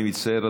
אני מצטער,